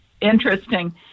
interesting